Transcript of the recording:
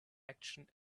action